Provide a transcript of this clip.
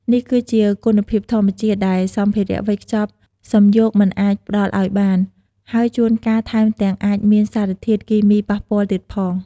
នេះគឺជា គុណភាពធម្មជាតិ ដែលសម្ភារៈវេចខ្ចប់សំយោគមិនអាចផ្តល់ឱ្យបាន ហើយជួនកាលថែមទាំងអាចមានសារធាតុគីមីប៉ះពាល់ទៀតផង។